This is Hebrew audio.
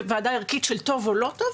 ועדה ערכית של טוב או לא טוב,